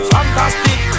Fantastic